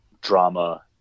drama